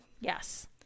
Yes